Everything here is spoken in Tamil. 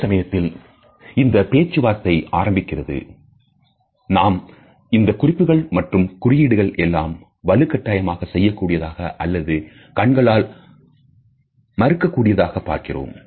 அதே சமயத்தில் இந்த பேச்சுவார்த்தை ஆரம்பிக்கின்றது நாம் இந்த குறிப்புகள் மற்றும் குறியீடுகள் எல்லாம் வலுக்கட்டாயமாக செய்யக்கூடியதாக அல்லது கண்களால் மறுக்கக்கூடியதாக பார்க்கிறோம்